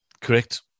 Correct